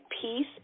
peace